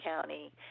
County